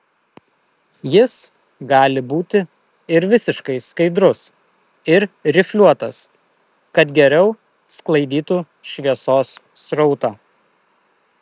jis gali būti ir visiškai skaidrus ir rifliuotas kad geriau sklaidytų šviesos srautą